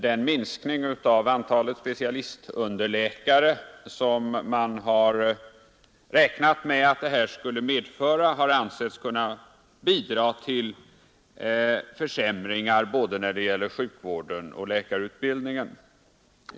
Den minskning av antalet specialistunderläkare som man har räknat med att förslaget skulle medföra har ansetts kunna bidra till försämringar när det gäller både sjukvården och läkarutbildningen.